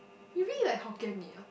you be like Hokkien-Mee